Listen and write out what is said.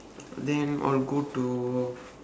then I'll go to uh